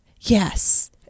Yes